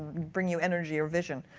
bring you energy or vision.